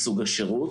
שהטענה בסוף מופנית